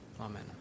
amen